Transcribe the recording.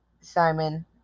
Simon